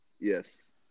Yes